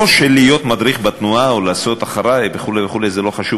לא שלהיות מדריך בתנועה או ב"אחריי!" וכו' וכו' זה לא חשוב,